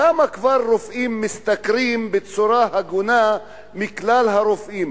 כמה רופאים כבר משתכרים בצורה הגונה מכלל הרופאים?